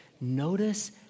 Notice